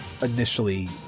initially